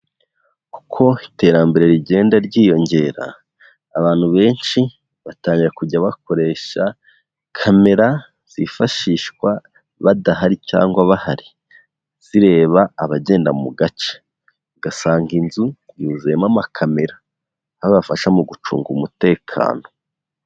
Kuko iterambere rigenda ryiyongera, abantu benshi, batangira kujya bakoresha, kamera zifashishwa badahari cyangwa bahari. Zireba abagenda mu gace, ugasanga inzu yuzuyemo amakamera, aho abafasha mu gucunga umutekano.